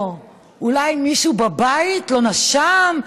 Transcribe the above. או אולי מישהו בבית לא נשם?